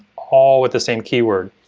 all with the same keyword.